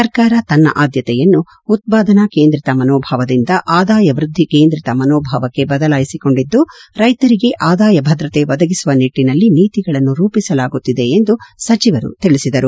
ಸರ್ಕಾರ ತನ್ನ ಆದ್ಯತೆಯನ್ನು ಉತ್ಪಾದನಾ ಕೇಂದ್ರಿತ ಮನೋಭಾವದಿಂದ ಆದಾಯ ವೃದ್ದಿ ಕೇಂದ್ರಿತ ಮನೋಭಾವಕ್ಕೆ ಬದಲಾಯಿಸಿಕೊಂಡಿದ್ದು ರೈತರಿಗೆ ಆದಾಯ ಭದ್ರತೆ ಒದಗಿಸುವ ನಿಟ್ಟಿನಲ್ಲಿ ನೀತಿಗಳನ್ನು ರೂಪಿಸಲಾಗುತ್ತಿದೆ ಎಂದು ಸಚಿವರು ತಿಳಿಸಿದರು